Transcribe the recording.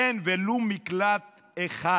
אין ולו מקלט אחד.